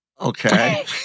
okay